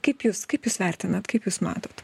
kaip jūs kaip jūs vertinat kaip jūs matot